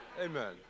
Amen